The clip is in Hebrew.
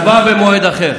הצבעה במועד אחר.